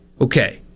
okay